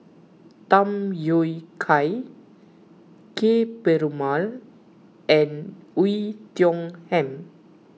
Tham Yui Kai Ka Perumal and Oei Tiong Ham